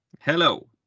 Hello